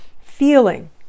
feeling